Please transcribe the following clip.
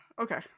okay